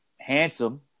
handsome